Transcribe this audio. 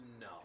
No